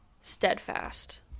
steadfast